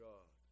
God